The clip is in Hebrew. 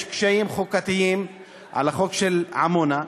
יש קשיים חוקתיים בחוק של עמונה,